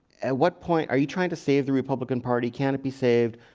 at what point are you trying to save the republican party? can it be saved?